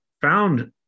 found